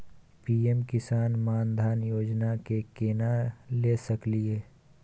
PM Kisan Maan Dhan Yojana के केना ले सकलिए?